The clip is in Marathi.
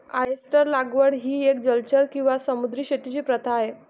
ऑयस्टर लागवड ही एक जलचर किंवा समुद्री शेतीची प्रथा आहे